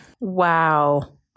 Wow